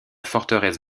forteresse